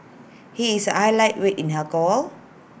he is A lightweight in alcohol